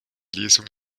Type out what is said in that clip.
lesung